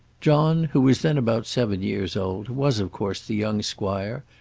john, who was then about seven years old, was of course the young squire,